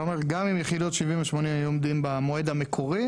אתה אומר שגם אם יחידות 70 ו-80 היו עומדות במועד המקורי